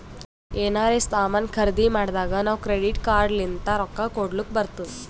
ಎನಾರೇ ಸಾಮಾನ್ ಖರ್ದಿ ಮಾಡ್ದಾಗ್ ನಾವ್ ಕ್ರೆಡಿಟ್ ಕಾರ್ಡ್ ಲಿಂತ್ ರೊಕ್ಕಾ ಕೊಡ್ಲಕ್ ಬರ್ತುದ್